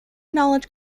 knowledge